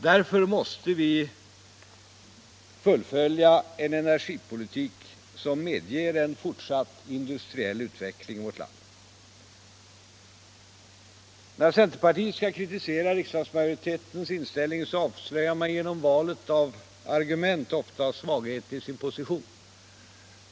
Därför måste vi fullfölja en energipolitik som medger en fortsatt industriell utveckling i vårt land. När centerpartiet skall kritisera riksdagsmajoritetens inställning så avslöjar man genom valet av argument ofta svagheten i sin position.